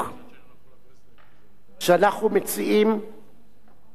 שאנחנו מציעים לחוקי-היסוד הקיימים.